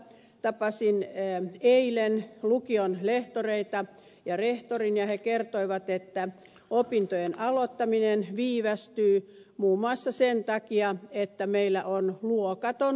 tapasin eilen lukion lehtoreita ja rehtorin ja he kertoivat että opintojen aloittaminen viivästyy muun muassa sen takia että meillä on luokaton lukio